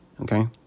Okay